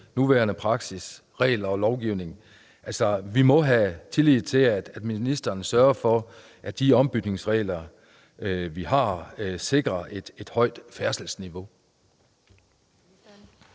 nuværende praksis, regler og lovgivning. Altså, vi må have tillid til, at ministeren sørger for, at de ombytningsregler, vi har, sikrer et højt færdselsniveau.